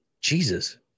Jesus